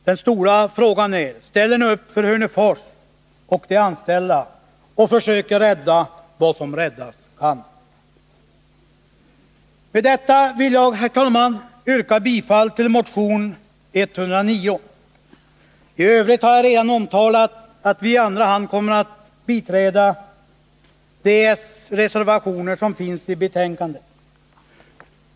Den stora frågan är: Ställer ni upp för Hörnefors och de anställda och försöker rädda vad som räddas kan? Med detta vill jag, herr talman, yrka bifall till motion 109. I övrigt har jag redan omtalat att vi i andra hand kommer att biträda de s-reservationer som finns i betänkandet.